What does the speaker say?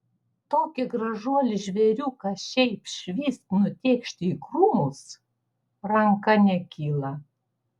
tokį gražuolį žvėriuką šiaip švyst nutėkšti į krūmus ranka nekyla